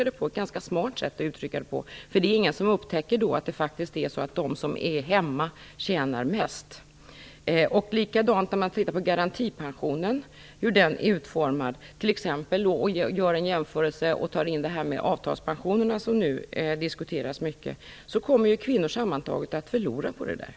Det är ett ganska fint sätt att uttrycka det på, för ingen upptäcker då att det faktiskt är så att de som är hemma tjänar mest. Man bör också titta på hur garantipensionen är utformad och göra en jämförelse med avtalspensionerna, som nu diskuteras mycket. Kvinnor kommer sammantaget att förlora på detta.